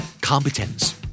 Competence